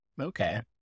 Okay